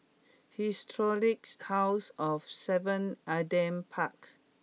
Historic House of seven Adam Park